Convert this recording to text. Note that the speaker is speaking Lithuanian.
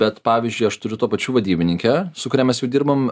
bet pavyzdžiui aš turiu tuo pačiu vadybininkę su kuria mes jau dirbam